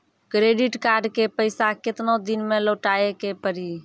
Credit card के पैसा केतना दिन मे लौटाए के पड़ी?